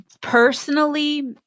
Personally